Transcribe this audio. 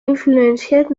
influenciat